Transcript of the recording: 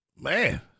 Man